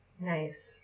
Nice